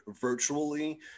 virtually